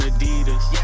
Adidas